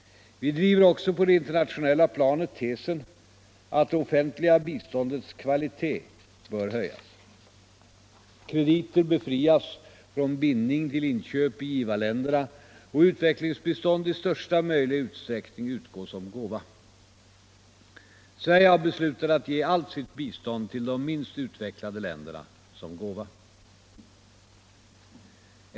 Vi driver också på det internationella planet tesen att det officiella biståndets kvalitet bör höjas, krediter befrias från bindning till inköp i givarländerna och utvecklingsbistånd i största möjliga utsträckning utgå som gåva. Sverige har beslutat ge allt sitt bistånd till de minst utvecklade länderna som gåva.